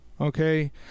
okay